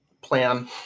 plan